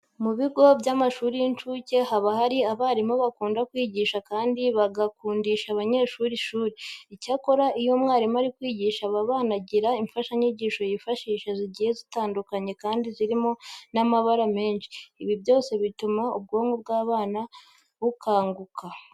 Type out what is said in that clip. Mu bigo by'amashuri y'incuke haba hari abarimu bakunda kwigisha kandi bagakundisha abanyeshuri ishuri. Icyakora iyo umwarimu ari kwigisha aba bana agira imfashanyigisho yifashisha zigiye zitandukanye kandi zirimo n'amabara menshi. Ibi byose bituma ubwonko bw'abana bukanguka.